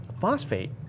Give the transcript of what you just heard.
phosphate